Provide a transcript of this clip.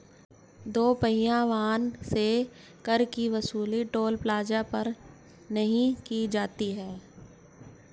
दो पहिया वाहन से कर की वसूली टोल प्लाजा पर नही की जाती है